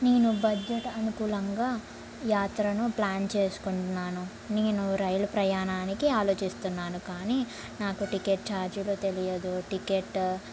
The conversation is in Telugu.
నేను బడ్జెట్ అనుకూలంగా యాత్రను ప్లాన్ చేసుకుంటున్నాను నేను రైలు ప్రయాణానికి ఆలోచిస్తున్నాను కానీ నాకు టికెట్ ఛార్జ్లు తెలియదు టికెట్